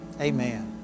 Amen